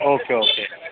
okay okay